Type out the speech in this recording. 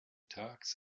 tags